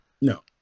No